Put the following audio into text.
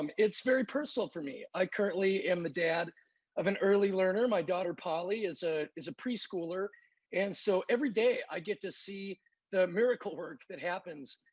um it's very personal for me i currently in the dead of an early learning my daughter polly is a is a preschooler and so every day i get to see the miracle work that happens.